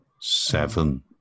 seven